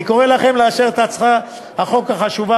אני קורא לכם לאשר את הצעת החוק החשובה